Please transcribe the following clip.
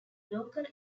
local